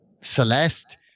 Celeste